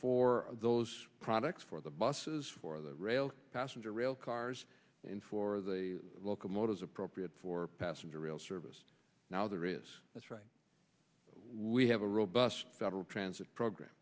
for those products for the buses for the rail passenger rail cars and for the locomotives appropriate for passenger rail service now there is that's right we have a robust federal transit program